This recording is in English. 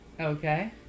Okay